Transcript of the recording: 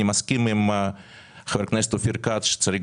אני מסכים עם חבר הכנסת אופיר כץ שצריך